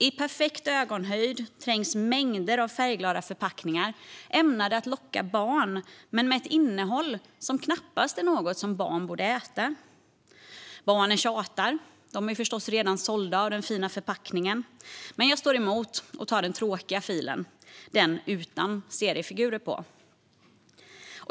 I perfekt ögonhöjd trängs mängder av färgglada förpackningar ämnade att locka barn men med ett innehåll som knappast är något barn borde äta. Barnen tjatar. De är förstås redan sålda på den fina förpackningen. Men jag står emot och tar den tråkiga filen, den utan seriefigurer på.